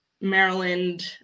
Maryland